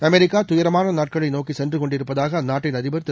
America துயரமான நாட்களை நோக்கி சென்று கொண்டிருப்பதாக அந்நாட்டின் அதிபா் திரு